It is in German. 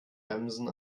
bremsen